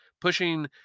pushing